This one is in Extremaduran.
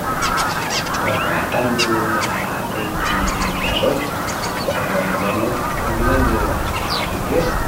Pos gastandu un’azeiti de mirassol peru alo menus cozinandu sin priessa.